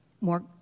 more